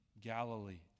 Galilee